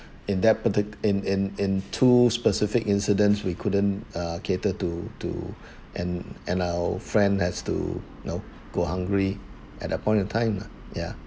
in that parti~ in in two specific incidents we couldn't uh cater to to and and our friend has to know go hungry at that point of time ya